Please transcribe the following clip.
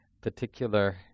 particular